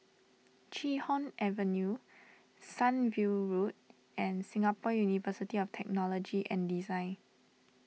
Chee Hoon Avenue Sunview Road and Singapore University of Technology and Design